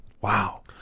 Wow